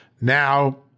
Now